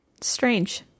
Strange